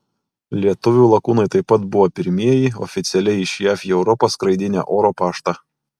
lietuvių lakūnai taip pat buvo pirmieji oficialiai iš jav į europą skraidinę oro paštą